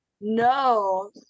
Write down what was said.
No